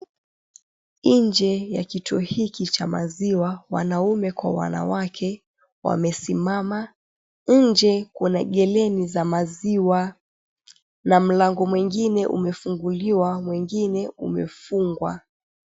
Nje ya kituo hiki cha maziwa, wanaume kwa wanawake wamesimama. Nje kuna geleni za maziwa na mlango mwingine umefunguliwa, mwingine umefungwa.